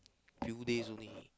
few days only